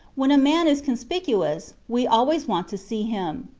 when a man is conspicuous, we always want to see him.